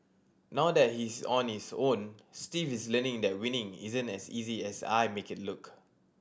now that he is on his own Steve is learning that winning isn't as easy as I make it look